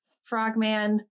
Frogman